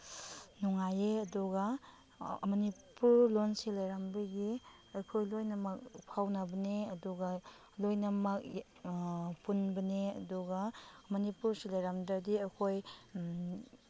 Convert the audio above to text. ꯅꯨꯡꯉꯥꯏꯌꯦ ꯑꯗꯨꯒ ꯃꯅꯤꯄꯨꯔ ꯂꯣꯟꯁꯤ ꯂꯩꯔꯝꯕꯒꯤ ꯑꯩꯈꯣꯏ ꯂꯣꯏꯅꯃꯛ ꯐꯥꯎꯅꯕꯅꯤ ꯑꯗꯨꯒ ꯂꯣꯏꯅꯃꯛ ꯄꯨꯟꯕꯅꯤ ꯑꯗꯨꯒ ꯃꯅꯤꯄꯨꯔꯁꯤ ꯂꯩꯔꯝꯗ꯭ꯔꯗꯤ ꯑꯩꯈꯣꯏ